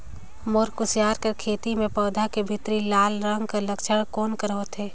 मोर कुसियार कर खेती म पौधा के भीतरी लाल रंग कर लक्षण कौन कर होथे?